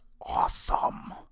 awesome